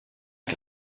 que